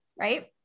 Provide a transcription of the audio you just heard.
Right